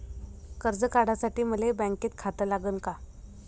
कर्ज काढासाठी मले बँकेत खातं लागन का?